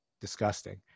disgusting